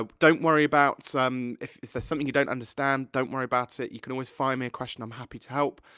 ah don't worry about if if there's something you don't understand, don't worry about so it, you can always fire me a question, i'm happy to help.